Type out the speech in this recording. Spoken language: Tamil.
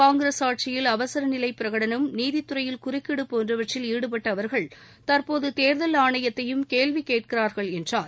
காங்கிரஸ் ஆட்சியில் அவசர நிலை பிரகடனம் நீதித்துறையில் குறுக்கீடு போன்றவற்றில் ஈடுபட்ட அவர்கள் தற்போது தேர்தல் ஆணையத்தையும் கேள்வி கேட்கிறார்கள் என்றார்